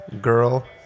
Girl